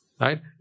right